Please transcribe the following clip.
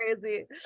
crazy